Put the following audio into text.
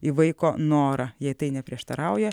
į vaiko norą jei tai neprieštarauja